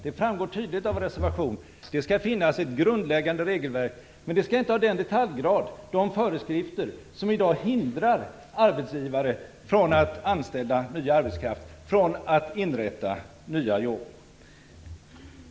Det framgår tydligt av vår reservation att det skall finnas ett grundläggande regelverk. Men det skall inte ha den detaljgrad och de föreskrifter som i dag hindrar arbetsgivare från att anställa ny arbetskraft och inrätta nya jobb.